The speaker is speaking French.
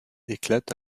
éclate